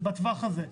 בתווך הזה.